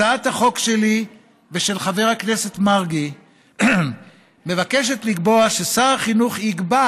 הצעת החוק שלי ושל חבר הכנסת מרגי מבקשת לקבוע ששר החינוך יקבע,